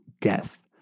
death